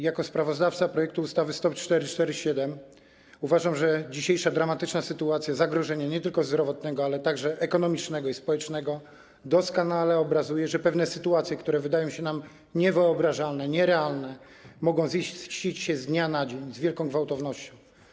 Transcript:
Jako sprawozdawca projektu ustawy Stop 447 uważam, że dzisiejsza dramatyczna sytuacja zagrożenia nie tylko zdrowotnego, ale także ekonomicznego i społecznego doskonale obrazuje, że pewne sytuacje, które wydają się nam niewyobrażalne, nierealne, mogą ziścić się z dnia na dzień z wielką gwałtownością.